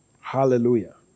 Hallelujah